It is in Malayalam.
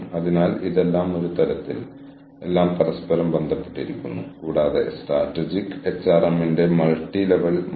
എന്താണ് ചെയ്യേണ്ടതെന്ന് നെറ്റ്വർക്ക് തീരുമാനിക്കുന്നു കൂടാതെ വിവിധ സ്ഥാപനങ്ങളിലെ വിഭവങ്ങളുടെ ഒരു കൂട്ടത്തിൽ നിന്ന് പിൻവലിക്കുന്നു